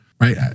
right